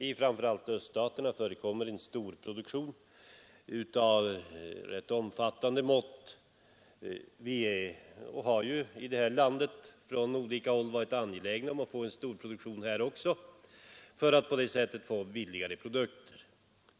I framför allt öststaterna förekommer en storproduktion av omfattande mått. Vi har från olika håll varit angelägna om en storproduktion även i vårt land för att få fram billigare produkter.